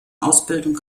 ausbildung